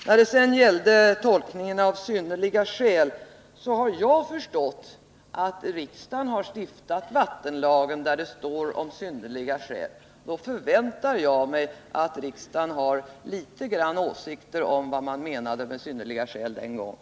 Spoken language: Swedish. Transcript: När det gäller tolkningen av ”synnerliga skäl” har jag förstått att riksdagen har stiftat vattenlagen, där det talas om synnerliga skäl. Då förväntar jag mig att riksdagen har litet grand åsikter om vad man menade med synnerliga skäl den gången.